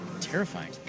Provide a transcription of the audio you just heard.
Terrifying